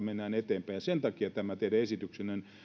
mennään eteenpäin sen takia tämä teidän esityksenne